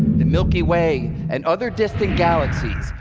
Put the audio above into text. the milky way and other distant galaxies,